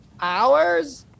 hours